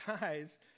guys